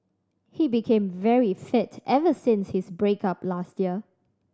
he became very fit ever since his break up last year